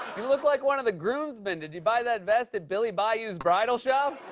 you look like one of the groomsmen. did you buy that vest at billy bayou's bridal shop?